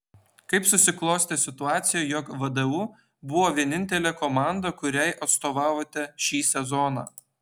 kaip susiklostė situacija jog vdu buvo vienintelė komanda kuriai atstovavote šį sezoną